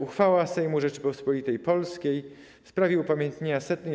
Uchwała Sejmu Rzeczypospolitej Polskiej w sprawie upamiętnienia 100.